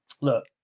Look